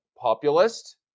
Populist